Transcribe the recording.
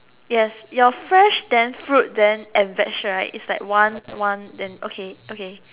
yes your fresh then fruit then and vege right is like one one then okay okay